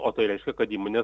o tai reiškia kad įmonės